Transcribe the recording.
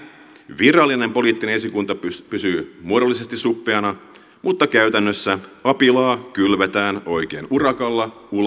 virallinen poliittinen esikunta pysyy muodollisesti suppeana mutta käytännössä apilaa kylvetään oikein urakalla